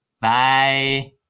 Bye